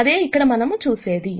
అదే మనం ఇక్కడ చూసేది